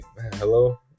hello